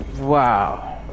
Wow